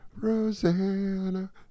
Rosanna